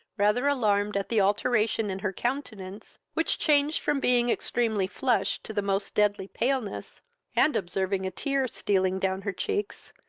rather alarmed at the alteration in her countenance, which changed from being extremely flushed to the most deadly paleness and, observing a tear stealing down her cheeks,